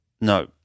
No